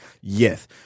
Yes